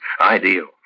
Ideal